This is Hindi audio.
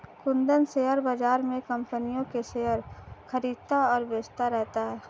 कुंदन शेयर बाज़ार में कम्पनियों के शेयर खरीदता और बेचता रहता है